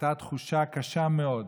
הייתה תחושה קשה מאוד.